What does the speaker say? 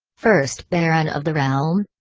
first baron of the realm?